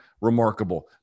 remarkable